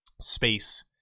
space